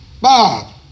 Bob